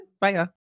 Bye